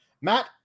Matt